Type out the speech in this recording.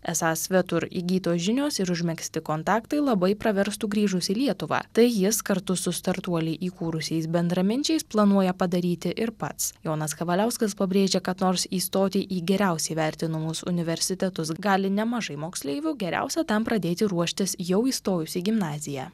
esą svetur įgytos žinios ir užmegzti kontaktai labai praverstų grįžus į lietuvą tai jis kartu su startuolį įkūrusiais bendraminčiais planuoja padaryti ir pats jonas kavaliauskas pabrėžia kad nors įstoti į geriausiai vertinamus universitetus gali nemažai moksleivių geriausia tam pradėti ruoštis jau įstojus į gimnaziją